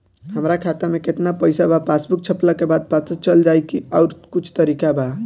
हमरा खाता में केतना पइसा बा पासबुक छपला के बाद पता चल जाई कि आउर कुछ तरिका बा?